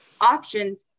options